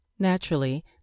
Naturally